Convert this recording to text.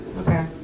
Okay